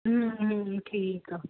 ਠੀਕ ਆ